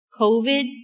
COVID